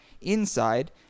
inside